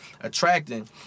attracting